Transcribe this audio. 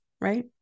right